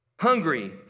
Hungry